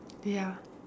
ya